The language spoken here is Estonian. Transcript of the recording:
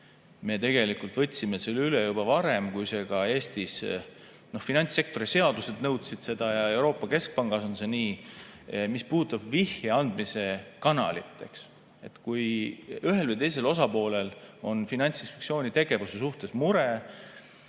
Me tegelikult võtsime selle üle juba varem, kui see ka Eestis … Noh, finantssektori seadused nõudsid seda ja Euroopa Keskpangas on see nii. Mis puudutab vihje andmise kanalit, kui ühel või teisel osapoolel on Finantsinspektsiooni tegevuse suhtes mure,